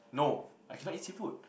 no I cannot eat seafood